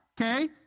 okay